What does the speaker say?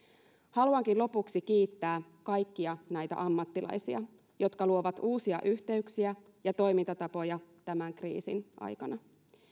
haluankin lopuksi kiittää kaikkia näitä ammattilaisia jotka luovat uusia yhteyksiä ja toimintatapoja tämän kriisin aikana